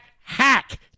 hack